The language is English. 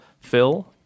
Phil